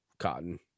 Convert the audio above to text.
cotton